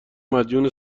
مدیون